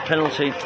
Penalty